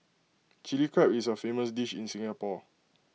Chilli Crab is A famous dish in Singapore